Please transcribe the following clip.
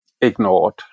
ignored